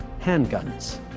handguns